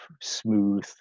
smooth